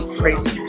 crazy